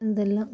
എന്തെല്ലാം